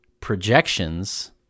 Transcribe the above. projections